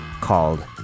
called